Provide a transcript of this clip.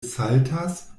saltas